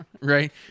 Right